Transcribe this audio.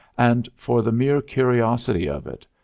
and, for the mere curiosity of it,